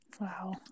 Wow